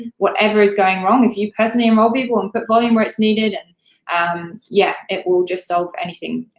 whatever is going wrong, if you personally enroll people and put volume where it's needed, and um yeah, it will just solve anything.